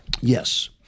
Yes